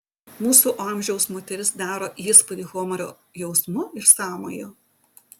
mūsų amžiaus moteris daro įspūdį humoro jausmu ir sąmoju